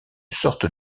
sorte